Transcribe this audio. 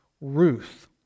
Ruth